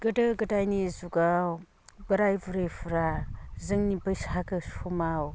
गोदो गोदायनि जुगाव बोराय बुरैफोरा जोंनि बैसागो समाव